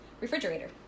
refrigerator